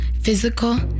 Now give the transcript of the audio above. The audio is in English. physical